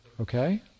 okay